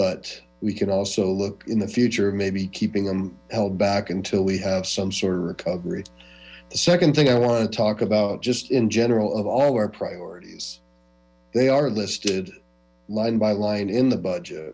but we can also look in the future maybe keeping them held back until we have some sort of recovery the second thing i want to talk about just in general of all our priorities they are listed line by line in the budget